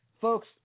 Folks